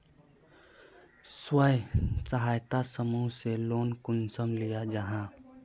स्वयं सहायता समूह से लोन कुंसम लिया जाहा?